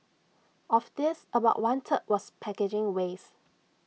of this about one third was packaging waste